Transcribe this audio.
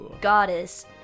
goddess